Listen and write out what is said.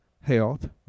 health